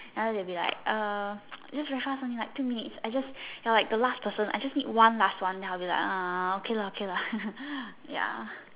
other they'll be like um just very fast only like two minutes I just you're like the last person I just need one last one then I'll be like uh okay lah okay lah ya